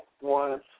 one